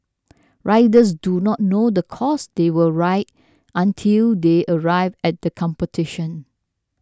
riders do not know the course they will ride until they arrive at the competition